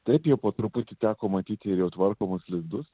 taip jie po truputį teko matyti ir jau tvarkomus lizdus